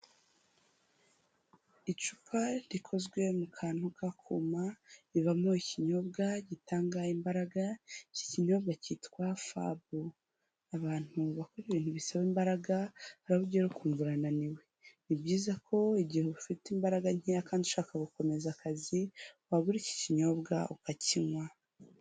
Icupa rikozwe mu kantu kakuma rivamo ikinyobwa gitanga imbaraga iki kinyobwa cyitwa fab, abantu bakora ibintu bisaba imbaraga hari aho ugera ukumva urananiw,e ni byiza ko igihe ufite imbaraga nkeya kandi ushaka gukomeza akazi wagura iki kinyobwa ukakinywa.